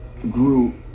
grew